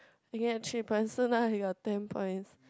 you get three points so now you got ten points